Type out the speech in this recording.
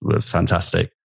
fantastic